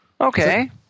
Okay